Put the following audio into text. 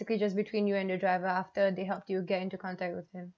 basically just between you and your driver after they helped you get into contact with him